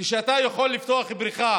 כשאתה יכול לפתוח בריכה